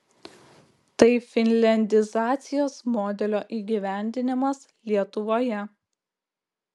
tai finliandizacijos modelio įgyvendinimas lietuvoje